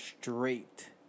straight